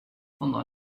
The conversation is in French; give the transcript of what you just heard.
pendant